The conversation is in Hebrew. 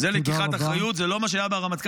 זה לקיחת אחריות, זה לא מה שהיה עם הרמטכ"ל.